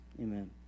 Amen